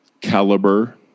caliber